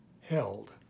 held